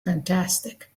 fantastic